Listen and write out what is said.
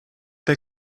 der